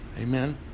Amen